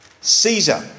Caesar